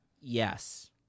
Yes